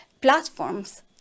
platforms